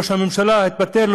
ראש הממשלה התפטר,